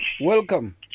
Welcome